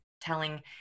telling